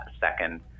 second